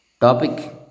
Topic